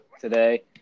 today